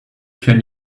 can